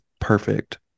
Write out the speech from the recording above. perfect